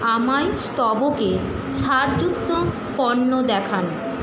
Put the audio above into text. আমায় স্তবকে ছাড়যুক্ত পণ্য দেখান